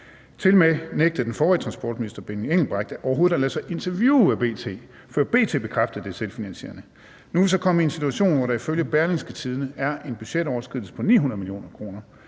Tilmed nægtede den forrige transportminister, Benny Engelbrecht, overhovedet at lade sig interviewe af B.T., før B.T. bekræftede, at den er selvfinansierende. Nu er vi så kommet i en situation, hvor der ifølge Berlingske er en budgetoverskridelse på 900 mio. kr.